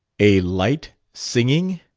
a light singing?